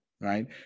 Right